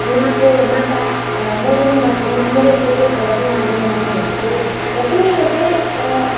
उहाँको माता मरियमबा मरियमको कोखबाट चाहिँ उहाँ जन्मिनु भएको र कुनै यो चाहिँ